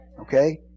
Okay